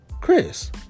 Chris